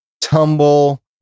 tumble